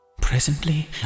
Presently